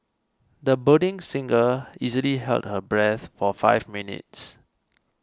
the budding singer easily held her breath for five minutes